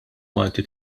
malti